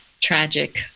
tragic